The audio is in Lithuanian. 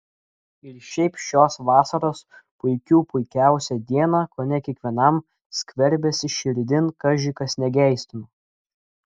ir šiaip šios vasaros puikių puikiausią dieną kone kiekvienam skverbėsi širdin kaži kas negeistino